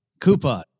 Coupon